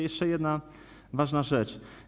Jeszcze jedna ważna rzecz.